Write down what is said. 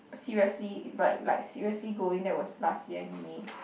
seriously but like seriously going that was last year in May